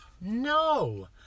No